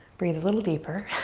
breathe a little deeper.